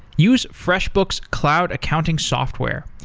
use freshbooks cloud accounting software.